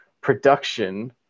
production